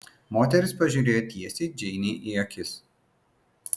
moteris pažiūrėjo tiesiai džeinei į akis